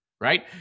right